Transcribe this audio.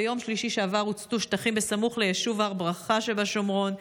ביום שלישי שעבר הוצתו שטחים סמוך ליישוב הר ברכה שבשומרון,